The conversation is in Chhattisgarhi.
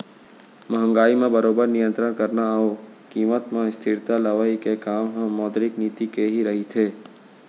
महंगाई म बरोबर नियंतरन करना अउ कीमत म स्थिरता लवई के काम ह मौद्रिक नीति के ही रहिथे